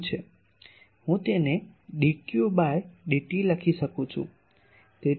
હું તેને dqબાય dt લખી શકું છું